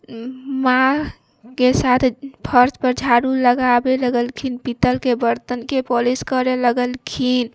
माँके साथ फर्श पर झाड़ू लगाबै लगलखिन पीतल बर्तनके पोलिश करय लगलखिन